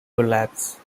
collapse